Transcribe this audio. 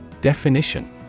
Definition